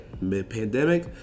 mid-pandemic